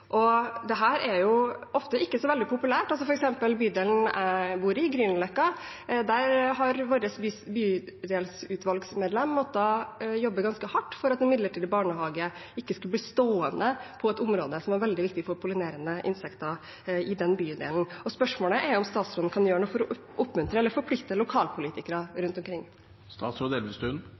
er ofte ikke så veldig populært. For eksempel i bydelen jeg bor i, Grünerløkka, har vårt bydelsutvalgsmedlem måttet jobbe ganske hardt for at en midlertidig barnehage ikke skulle bli stående på et område som er veldig viktig for pollinerende insekter i bydelen. Spørsmålet mitt er om statsråden kan gjøre noe for å oppmuntre eller forplikte lokalpolitikere rundt